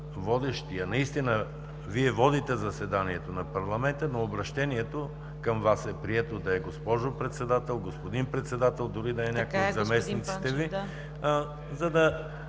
Вие водите заседанието на парламента, но обръщението към Вас е прието да бъде „госпожо Председател, господин Председател“, дори да е някой от заместниците Ви, за да